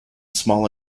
small